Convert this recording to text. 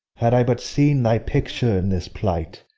had i but seen thy picture in this plight,